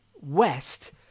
west